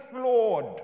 flawed